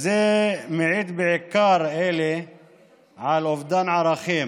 וזה מעיד בעיקר על אובדן ערכים.